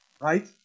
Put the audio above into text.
right